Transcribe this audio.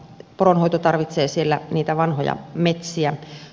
poronhoito tarvitsee siellä niitä vanhoja metsiä